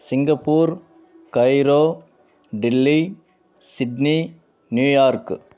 Singapore Cairo Delhi Sydney New York